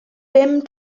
bum